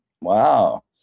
Wow